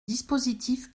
dispositif